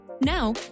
now